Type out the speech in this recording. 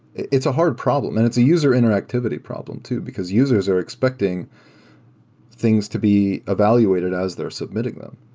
it's a hard problem, and it's a user interactivity problem too, because users are expecting things to be evaluated as they're submitting them.